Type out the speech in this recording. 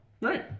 Right